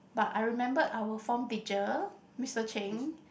but I remembered our form teacher Mister Cheng